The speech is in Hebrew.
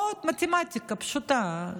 מתמטיקה פשוטה.